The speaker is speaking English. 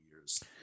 years